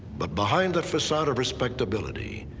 but behind that facade of respectability,